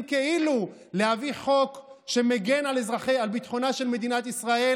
כאילו להביא חוק שמגן על ביטחונה של מדינת ישראל,